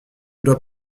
doit